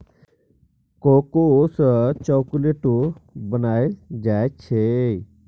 cocoa सँ चाकलेटो बनाइल जाइ छै